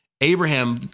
Abraham